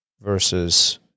versus